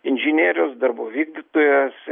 inžinierius darbų vykdytojas